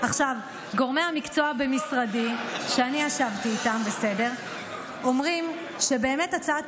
גורמי המקצוע במשרדי שישבתי איתם אומרים שבאמת הצעת